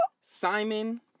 Simon